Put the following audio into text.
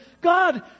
God